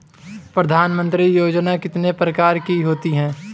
प्रधानमंत्री योजना कितने प्रकार की होती है?